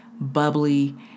bubbly